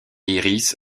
iris